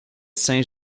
saint